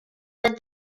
with